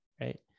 right